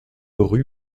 rue